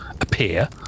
appear